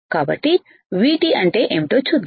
కాబట్టి VT అంటే ఏమిటో చూద్దాం